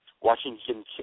Washington